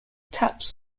taps